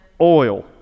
oil